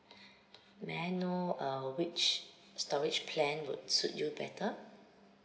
may I know err which storage plan would suit you better